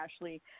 Ashley